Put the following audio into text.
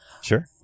Sure